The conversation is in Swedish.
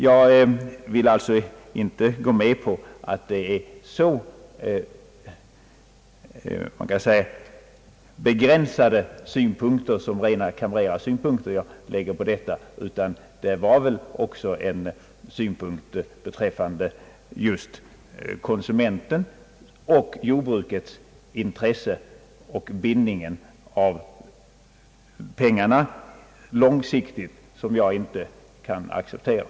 Jag vill alltså inte gå med på att det är så begränsade synpunkter som rena kamrerarsynpunkter som jag lägger på denna fråga, utan också en synpunkt beträffande just konsumentens och jordbrukets intresse, och bindningen av pengarna långsiktigt kan jag inte acceptera.